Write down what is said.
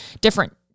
different